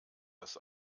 das